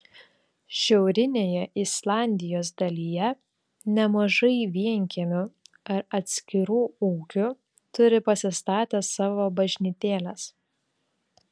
šiaurinėje islandijos dalyje nemažai vienkiemių ar atskirų ūkių turi pasistatę savo bažnytėles